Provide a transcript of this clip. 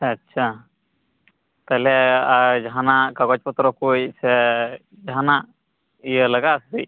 ᱟᱪᱪᱷᱟ ᱛᱟᱦᱞᱮ ᱟᱨ ᱡᱟᱦᱟᱱᱟᱜ ᱠᱟᱜᱚᱡᱽ ᱯᱚᱛᱨᱚ ᱠᱚ ᱥᱮ ᱡᱟᱦᱟᱱᱟᱜ ᱤᱭᱟᱹ ᱞᱟᱜᱟᱜᱼᱟ ᱥᱮ ᱪᱮᱫ